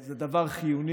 זה דבר חיוני,